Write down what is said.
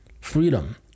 Freedom